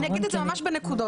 אני אגיד את זה ממש בנקודות.